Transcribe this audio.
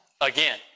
again